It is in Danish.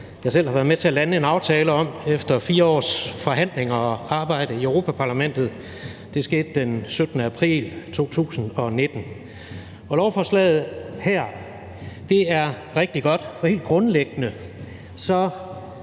jeg selv har været med til at lande en aftale om efter 4 års forhandlinger og arbejde i Europa-Parlamentet. Det skete den 17. april 2019. Lovforslaget her er rigtigt godt, for helt grundlæggende